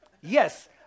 yes